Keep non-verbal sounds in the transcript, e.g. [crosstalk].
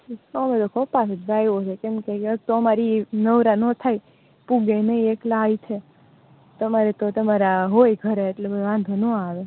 [unintelligible] કેમકે યસ અમારે એ નવરા ના થાય પહોંચે નહીં એકલા હાથે તમારે તો તમારા હોય ઘરે એટલે વાંધો ના આવે